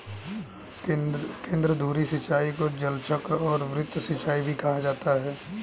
केंद्रधुरी सिंचाई को जलचक्र और वृत्त सिंचाई भी कहा जाता है